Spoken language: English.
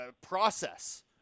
process